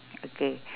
okay